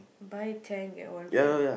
buy ten get one free